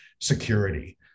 security